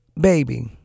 baby